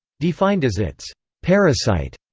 defined as its parasite,